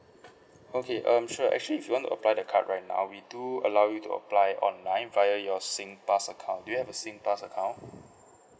okay um sure actually if you want to apply the card right now we do allow you to apply online via your singpass account do you have a singpass account